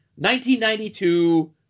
1992